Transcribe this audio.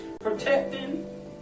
Protecting